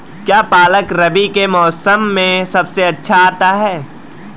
क्या पालक रबी के मौसम में सबसे अच्छा आता है?